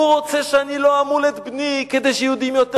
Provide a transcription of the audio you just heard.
הוא רוצה שאני לא אמול את בני כדי שיהודים יותר